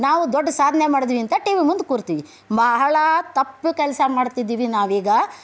ನಾವು ದೊಡ್ಡ ಸಾಧನೆ ಮಾಡಿದ್ದೀವಿ ಅಂತ ಟಿ ವಿ ಮುಂದೆ ಕೂರ್ತೀವಿ ಬಹಳ ತಪ್ಪು ಕೆಲಸ ಮಾಡ್ತಿದ್ದೀವಿ ನಾವೀಗ